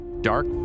Dark